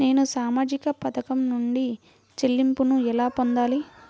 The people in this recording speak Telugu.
నేను సామాజిక పథకం నుండి చెల్లింపును ఎలా పొందాలి?